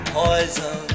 poison